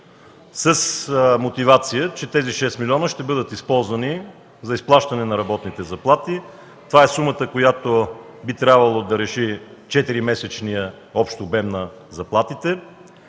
с мотивация, че ще бъдат използвани за изплащане на работните заплати. Това е сумата, която би трябвало да реши 4-месечният общ обем на заплатите,